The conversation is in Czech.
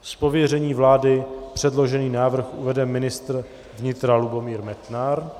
Z pověření vlády předložený návrh uvede ministr vnitra Lubomír Metnar.